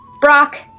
Brock